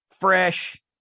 fresh